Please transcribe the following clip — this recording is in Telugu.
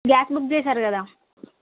గ్యాస్ బుక్ చేశారు కదా